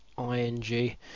ING